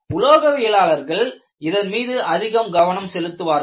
உலோகவியலாளர்கள் இதன் மீது அதிகம் கவனம் செலுத்துவார்கள்